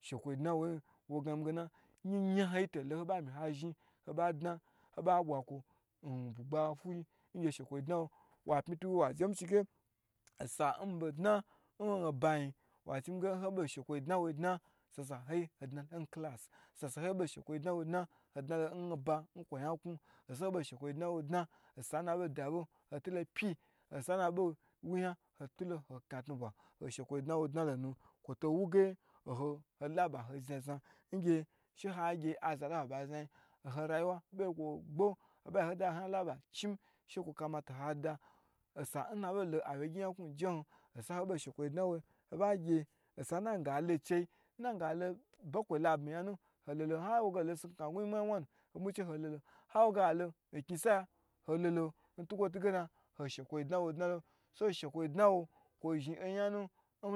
Shukwo dnawo nya ho nya ho yi to lo nho ba mi ha zhi n ho ba bwa kwo nbugba fuyin ngye she kwo yi dna won wa pmi tu wa jemi dage osa omi bo dna nho bayin wa chi mi ge nmi bei shekwo dna wodna ho dna lo n clas n oba nkwo nyakwa, n ho shekwo dna wo dna n nabo dabo ho dna lo pyi osa nna bo wo yan ho dna lo pyi hoi kna tnu bwa ho she kwoi dna wo dna lo nu kwoto wuge holaba ho znazna she ha gye aza laba bai zna zna yin nho rayiwa ho ba gye kwo gboho ho ba gye ho laba chim shekwo kamata hada, osa nnabolo awyegyi nyaku njehun hoba ge sa nna gna ge a lo chei nnangualo bokwei n labmiyi yan nun hololo nnage holo snukna gun nyimwa nyimwa nu nho bwi gyi che hololo, nhawo nge alo nka sa ya nhobwi gyi che hololo ntukwo tugena ho shekwo dna wololo, so shekwo dna wo kwe zhi oyanu